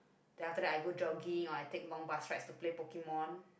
then after that I go jogging or I take long bus rides to play Pokemon